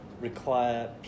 require